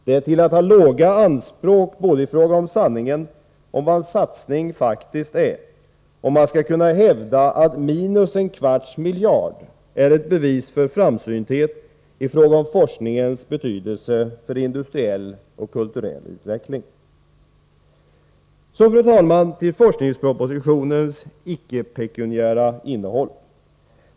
Det är till att ha låga anspråk både i fråga om sanningen och vad en satsning faktiskt är om man skall kunna hävda att minus en kvarts miljard är ett bevis för framsynthet i fråga om forskningens betydelse för industriell och kulturell utveckling. Så, fru talman, till forskningspropositionens icke-pekuniära innehåll.